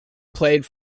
played